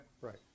Right